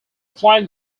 flag